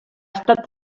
estat